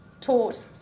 taught